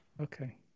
Okay